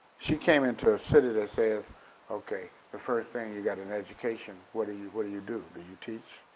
she came into a city that says, okay the first thing you got an education, what do you, what do you do? do you teach?